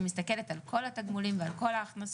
שמסתכלת על כל התגמולים ועל כל ההכנסות